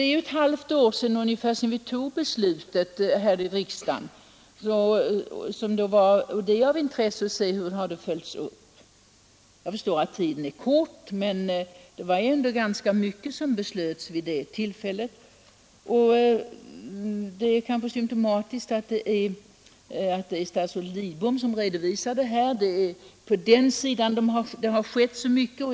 åtgärderna mot narkotikamissbruk Det är ungefär ett halvt år sedan vi fattade beslut i frågan här i riksdagen, och det är av intresse att se hur besluten har följts upp. Jag inser att det är en kort tid som har gått, men det var ändå ganska mycket som beslöts vid det tillfället. Det är kanske symtomatiskt att det är statsrådet Lidbom som redovisar detta, eftersom det är på hans område som det har skett så mycket.